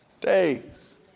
days